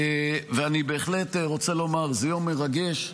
ואני בהחלט רוצה לומר שזה יום מרגש,